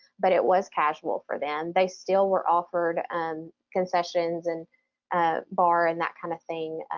but it was casual for them. they still were offered concessions and ah bar and that kind of thing,